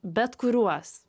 bet kuriuos